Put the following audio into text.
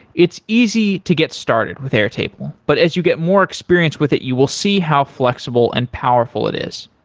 it's easy to get started with airtable, but as you get more experience with it, you will see how flexible and powerful it is.